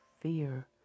fear